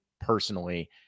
personally